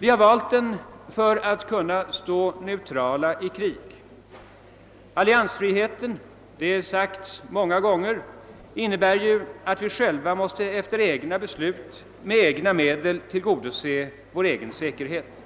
Vi har valt den för att kunna stå neutrala i krig. Alliansfriheten innebär ju — det har sagts många gånger — att vi själva måste efter egna beslut med egna medel tillgodose vår egen säkerhet.